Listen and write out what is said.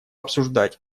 обсуждать